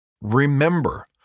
remember